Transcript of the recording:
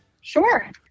Sure